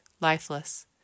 lifeless